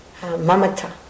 mamata